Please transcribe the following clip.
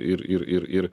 ir ir ir ir